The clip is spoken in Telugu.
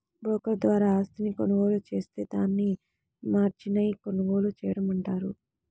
బోకర్ ద్వారా ఆస్తిని కొనుగోలు జేత్తే దాన్ని మార్జిన్పై కొనుగోలు చేయడం అంటారు